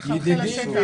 מחלחל לשטח.